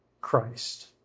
Christ